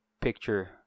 picture